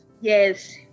Yes